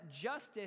justice